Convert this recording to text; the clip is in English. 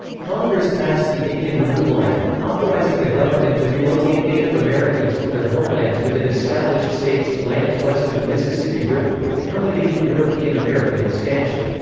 congress passed the indian removal act, authorizing the government to relocate native americans from their homelands within established states to lands west of the mississippi river, accommodating european-american expansion.